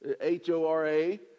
H-O-R-A